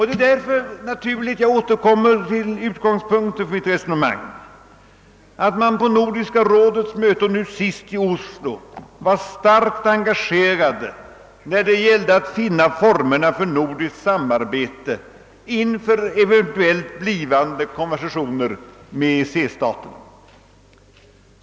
Det är därför naturligt — och jag återkommer här till utgångspunkten för mitt resonemang — att man nu senast på Nordiska rådets möte i Oslo utvecklade ett starkt engagemang för att finna former för ett nordiskt samarbete inför eventuellt blivande konversationer med EEC-staterna.